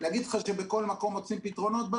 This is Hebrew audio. להגיד לך שבכל מקום מוצאים פתרונות?